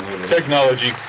Technology